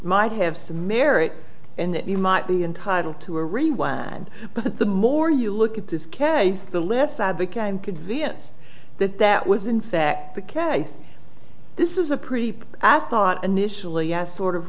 might have some merit in that you might be entitled to a rewind but the more you look at this case the lips i became convinced that that was in fact the case this is a pretty apt thought initially as sort of